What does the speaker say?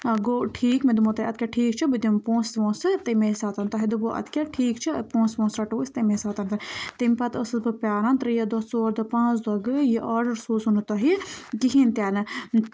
گوٚو ٹھیٖک مےٚ دوٚپمو تۄہہِ اَدٕ کیٛاہ ٹھیٖک چھِ بہٕ دِمہٕ پونٛسہٕ وونٛسہٕ تَمے ساتہٕ تۄہہِ دوٚپوٗ اَدٕ کیٛاہ ٹھیٖک چھِ اَ پونٛسہٕ وونٛسہٕ رَٹو أسۍ تَمے ساتہٕ تہٕ تَمہِ پَتہٕ ٲسٕس بہٕ پیٛاران ترٛیٚیے دۄہ ژور دۄہ پانٛژھ دۄہ گٔے یہِ آرڈر سوٗزوٗ نہٕ تۄہہِ کِہیٖنۍ تہِ نہٕ